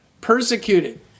persecuted